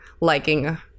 liking